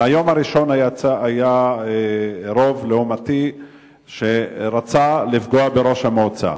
ומהיום הראשון היה רוב לעומתי שרצה לפגוע בראש המועצה.